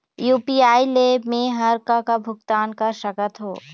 UPI ले मे हर का का भुगतान कर सकत हो?